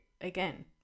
again